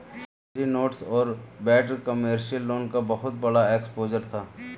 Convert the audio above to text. promissory notes और bad commercial loan का बहुत बड़ा एक्सपोजर था